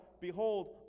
behold